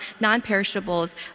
non-perishables